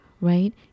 right